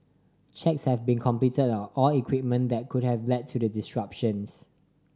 checks have been completed on all equipment that could have led to the disruptions